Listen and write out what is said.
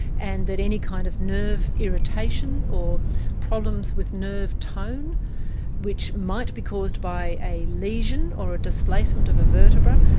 and that any kind of nerve irritation or problems with nerve tone which might be caused by a lesion or a displacement of a vertebra,